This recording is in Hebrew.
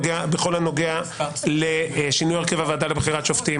הנוגע לשינוי הרכב הוועדה לבחירת שופטים.